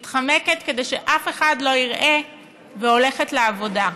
מתחמקת כדי שאף אחד לא יראה והולכת לעבודה.